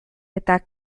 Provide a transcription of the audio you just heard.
eta